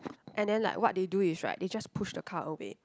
and then like what they do is right they just push the car away